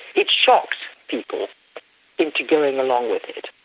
it shocked people into going along with it,